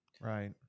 Right